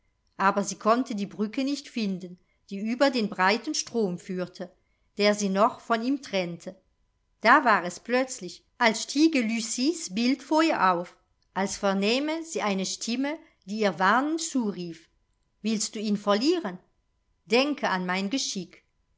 aber sie konnte die brücke nicht finden die über den breiten strom führte der sie noch von ihm trennte da war es plötzlich als stiege lucies bild vor ihr auf als vernähme sie eine stimme die ihr warnend zurief willst du ihn verlieren denke an mein geschick